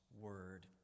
Word